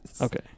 Okay